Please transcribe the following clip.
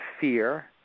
fear